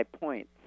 points